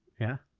yeah,